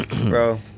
bro